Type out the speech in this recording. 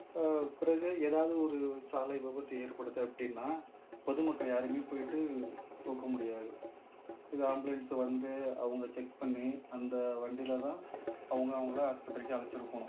பிறகு ஏதாவது ஒரு சாலை விபத்து ஏற்படுது அப்படின்னா பொதுமக்கள் யாருமே போய்ட்டு தூக்க முடியாது இது ஆம்புலன்ஸ் வந்து அவங்க செக் பண்ணி அந்த வண்டியிலதான் அவங்க அவங்கள ஆஸ்பத்திரிக்கு அலைச்சிட்டு போகணும்